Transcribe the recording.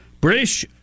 British